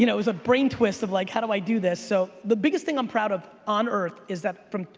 you know it was a brain twist of like how do i do this so. the biggest thing i'm proud of on earth is that from,